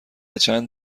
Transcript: چند